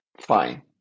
Fine